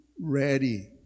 ready